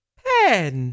pen